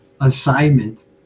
assignment